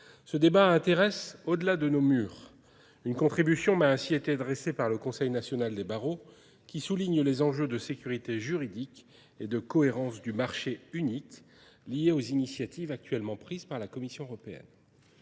Ce débat intéresse au-delà de nos murs. Une contribution m'a ainsi été adressée par le Conseil national des barreaux qui souligne les enjeux de sécurité juridique et de cohérence du marché unique liés aux initiatives actuellement prises par la Commission européenne.